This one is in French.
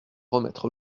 remettre